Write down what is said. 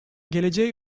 geleceğe